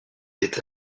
est